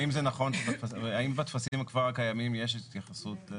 האם בטפסים הקיימים יש התייחסות,